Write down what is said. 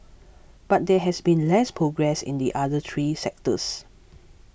but there has been less progress in the other three sectors